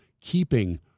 keeping